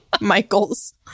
Michaels